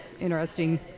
Interesting